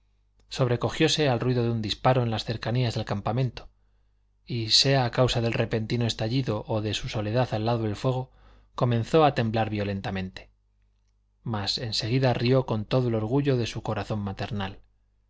canción sobrecogióse al ruido de un disparo en las cercanías del campamento y sea a causa del repentino estallido o de su soledad al lado del fuego comenzó a temblar violentamente mas en seguida rió con todo el orgullo de su corazón maternal